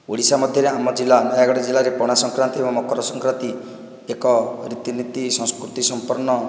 ଓଡ଼ିଶା ମଧ୍ୟରେ ଆମ ଜିଲ୍ଲା ନୟାଗଡ଼ ଜିଲ୍ଲାରେ ପଣାସଂକ୍ରାନ୍ତି ଓ ମକରସଂକ୍ରାନ୍ତି ଏକ ରୀତିନୀତି ସଂସ୍କୃତି ସଂପନ୍ନ